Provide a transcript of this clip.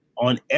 on